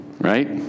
right